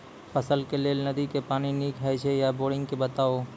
फसलक लेल नदी के पानि नीक हे छै या बोरिंग के बताऊ?